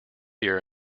ear